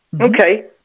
Okay